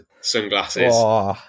sunglasses